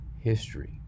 history